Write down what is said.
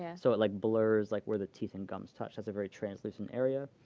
yeah so it like blurs like where the teeth and gums touch. that's a very translucent area.